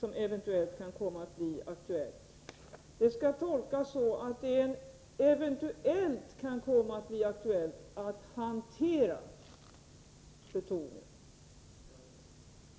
som eventuellt kan komma att bli aktuellt, ———.” Det innebär att det eventuellt kan komma att bli aktuellt med hantering av plutonium.